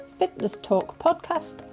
fitnesstalkpodcast